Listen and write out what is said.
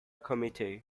committee